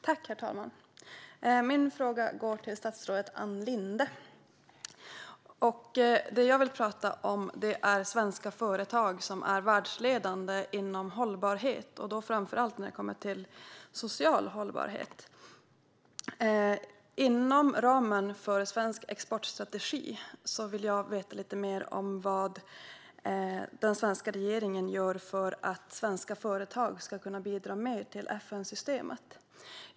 Herr talman! Min fråga går till statsrådet Ann Linde. Det jag vill tala om är svenska företag som är världsledande inom hållbarhet, och då framför allt när det gäller social hållbarhet. Inom ramen för svensk exportstrategi vill jag veta lite mer om vad den svenska regeringen gör för att svenska företag ska kunna bidra mer till FN-systemet.